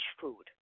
food